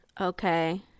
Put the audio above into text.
Okay